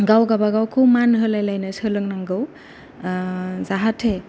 गाव गाबागावखौ मान होलाय लायनो सोलों नांगौ जाहाथे